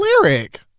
lyric